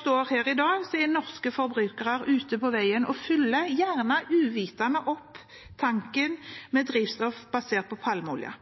står her i dag, er norske forbrukere ute på veien og fyller – gjerne uvitende – opp tanken med drivstoff basert på palmeolje.